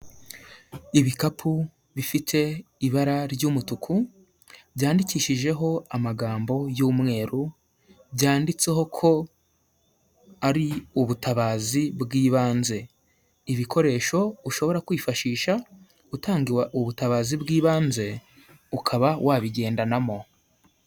Ibikapu bifite ibara ry'umutuku byandikishijeho amagambo y'umweru, byanditseho ko ari ubutabazi bw'ibanze, ibikoresho ushobora kwifashisha utanga ubutabazi bw'ibanze ukaba wabigendanamo.